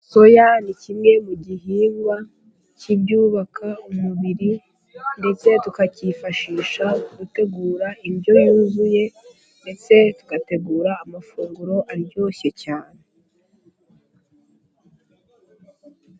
Soya ni kimwe mu bihingwa cy'ibyubaka umubiri, ndetse tukacyifashisha dutegura indyo yuzuye, mbese tugategura amafunguro aryoshye cyane.